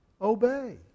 obey